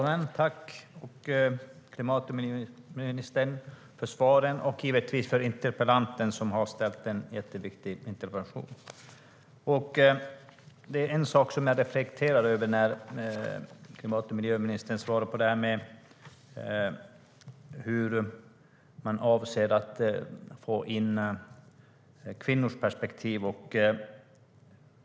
Herr talman! Tack, klimat och miljöministern, för svaren! Och givetvis tack, interpellanten, för en jätteviktig interpellation! Det är en sak som jag reflekterar över när klimat och miljöministern svarar på frågan hur man avser att få in kvinnors perspektiv.